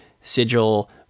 sigil